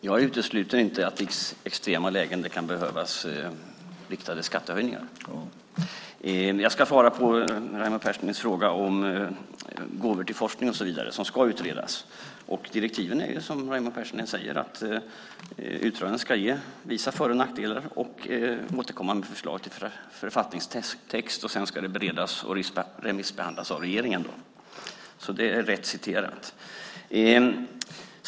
Herr talman! Jag utesluter inte att det i extrema lägen kan behövas riktade skattehöjningar. Jag ska svara på Raimo Pärssinens fråga om gåvor till forskningen och så vidare, något som ska utredas. Som Raimo Pärssinen säger är direktivet att utredningen ska visa på för och nackdelar och återkomma med förslag till författningstext. Sedan ska det beredas av regeringen och remissbehandlas. Det är alltså rätt citerat.